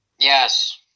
Yes